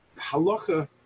Halacha